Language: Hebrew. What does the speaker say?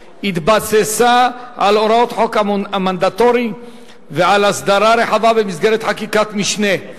התבססה על הוראות החוק המנדטורי ועל הסדרה רחבה במסגרת חקיקת משנה.